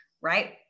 right